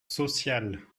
sociale